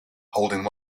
holding